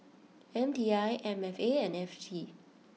M T I M F A and F T